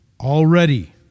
already